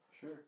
Sure